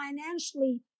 financially